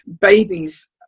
Babies